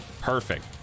Perfect